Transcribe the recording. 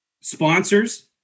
sponsors